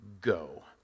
go